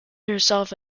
herself